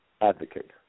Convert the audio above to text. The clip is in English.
advocate